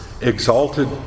exalted